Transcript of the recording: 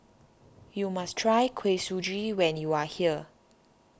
you must try Kuih Suji when you are here